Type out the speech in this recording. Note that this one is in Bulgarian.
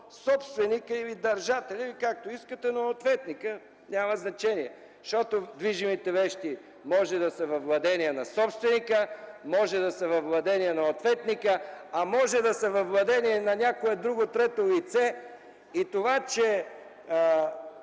собственика или държателя, както искате, на ответника – няма значение. Защото движимите вещи може да са във владение на собственика, може да са във владение на ответника, а може да са във владение на някое друго трето лице. Това че